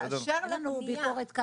באשר לפנייה,